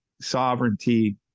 sovereignty